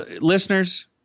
Listeners